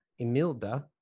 Emilda